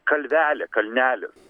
kalvelė kalnelis